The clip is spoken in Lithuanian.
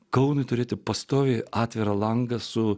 kaunui turėti pastovi atvirą langą su